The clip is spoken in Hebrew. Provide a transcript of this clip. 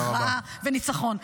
הכרעה וניצחון.